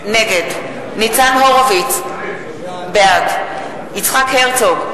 נגד ניצן הורוביץ, בעד יצחק הרצוג,